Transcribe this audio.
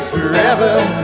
Forever